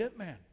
hitman